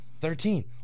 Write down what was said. Thirteen